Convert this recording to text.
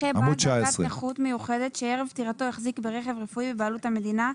נכות מיוחדת שערב פטירתו החזיק ברכב רפואי בבעלות המדינה,